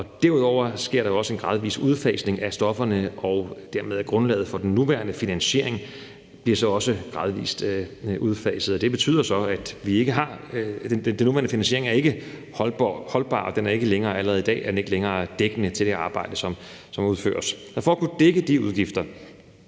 Derudover sker der også en gradvis udfasning af stofferne og grundlaget for den nuværende finansiering bliver så dermed også gradvis udfaset. Det betyder så, at den nuværende finansiering ikke er holdbar. Allerede i dag er den ikke længere dækkende for det arbejde, som udføres. For at kunne dække de udgifter,